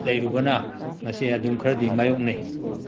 ꯂꯩꯔꯨꯕꯅ ꯃꯁꯦ ꯑꯗꯨꯝ ꯈꯔꯗꯤ ꯃꯥꯌꯣꯛꯅꯩ